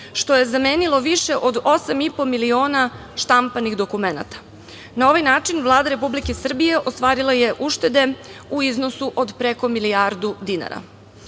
što je zamenilo više od osam i po miliona štampanih dokumenata. Na ovaj način Vlada Republike Srbije ostvarila je uštede u iznosu od preko milijardu dinara. Od